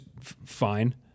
fine